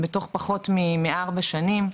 בתוך פחות מארבע שנים.